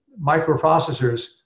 microprocessors